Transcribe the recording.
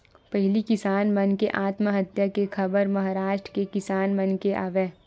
पहिली किसान मन के आत्महत्या के खबर महारास्ट के किसान मन के आवय